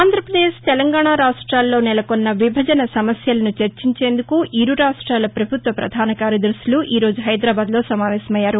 ఆంధ్రాపదేశ్ తెలంగాణా రాష్టాల్లో నెలకొన్న విభజన సమస్యలను చర్చించేందుకు ఇరు రాష్టాల ప్రభుత్వ ప్రధాన కార్యదర్శులు ఈ రోజు హైదరాబాద్లో సమావేశమయ్యారు